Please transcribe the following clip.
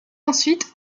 ensuite